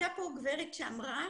הייתה כאן גברת שאמרה